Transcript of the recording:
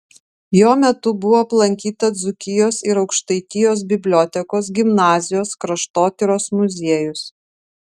jo metu buvo aplankyta dzūkijos ir aukštaitijos bibliotekos gimnazijos kraštotyros muziejus